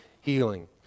healing